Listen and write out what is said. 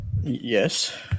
Yes